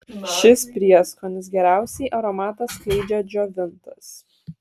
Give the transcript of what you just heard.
šis prieskonis geriausiai aromatą skleidžia džiovintas